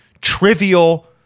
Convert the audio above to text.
trivial